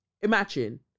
imagine